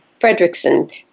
Fredrickson